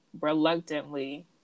reluctantly